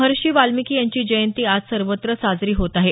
महर्षी वाल्मिकी यांची जयंती आज सर्वत्र साजरी होत आहे